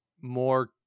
more